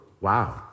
wow